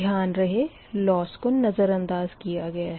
ध्यान रहे लोस को नज़रंदाज़ किया गया है